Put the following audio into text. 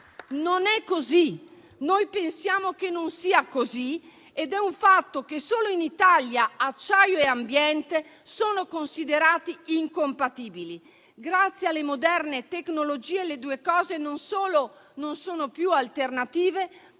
Non è così. Pensiamo che non sia così ed è un fatto che solo in Italia acciaio e ambiente sono considerati incompatibili. Grazie alle moderne tecnologie, le due cose non solo non sono più alternative,